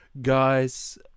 guys